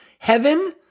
heaven